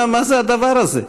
מה זה הדבר הזה?